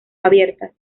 abiertas